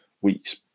weeks